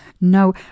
No